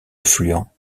affluent